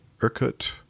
Irkut